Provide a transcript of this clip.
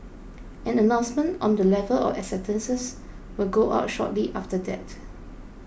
an announcement on the level of acceptances will go out shortly after that